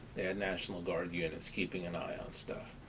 they had national guard units keeping an eye on stuff.